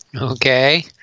Okay